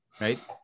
right